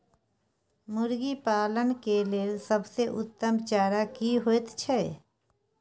मुर्गी पालन के लेल सबसे उत्तम चारा की होयत छै?